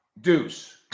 Deuce